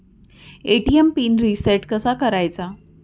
ATM PIN reset कसा करायचा?